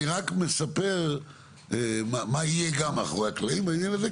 אני רק מספר מה יהיה גם מאחורי הקלעים בעניין הזה,